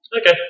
okay